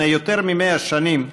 לפני יותר מ-100 שנים,